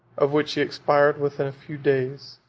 of which he expired within a few days,